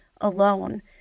alone